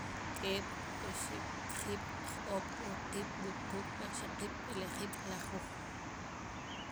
K'eeb' oxib' kjiib' jo'b' waqiib' wuquub' wajxaqiib' b'elejeb' lajuuj